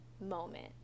moment